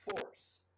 Force